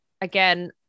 again